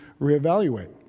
reevaluate